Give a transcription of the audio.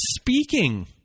speaking